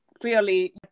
Clearly